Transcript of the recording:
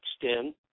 extend